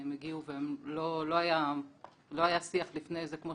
הם הגיעו ולא היה שיח לפני זה כמו